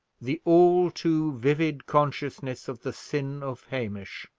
the all too vivid consciousness of the sin of hamish,